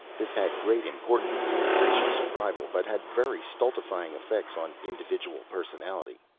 this had great importance in racial survival, but had very stultifying effects on individual personality.